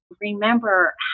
remember